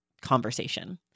conversation